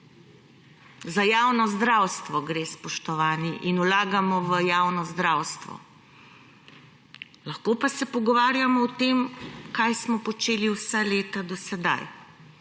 Za javno zdravstvo gre, spoštovani, in vlagamo v javno zdravstvo. Lahko pa se pogovarjamo o tem, kaj smo počeli vsa leta do sedaj,